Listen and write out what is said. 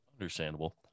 understandable